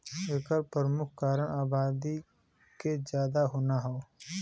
एकर परमुख कारन आबादी के जादा होना हौ